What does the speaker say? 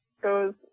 goes